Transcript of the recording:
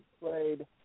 played